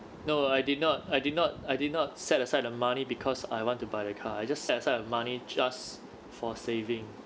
no I did not I did not I did not set aside the money because I want to buy the car I just set aside money just for saving